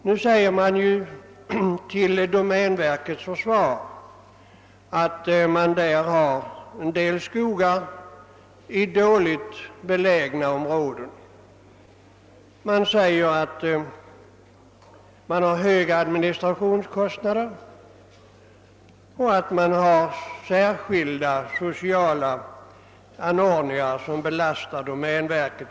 Nu säger man till domänverkets försvar att domänverket har vissa skogar i dåligt belägna områden. Det framhålles att administrationskostnaderna är höga och att man har särskilda sociala åtaganden som belastar domänverket.